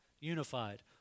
unified